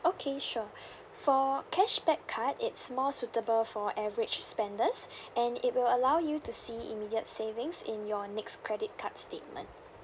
okay sure for cashback card it's more suitable for average spenders and it will allow you to see immediate savings in your next credit card statement